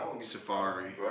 Safari